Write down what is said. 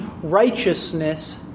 righteousness